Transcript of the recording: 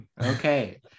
okay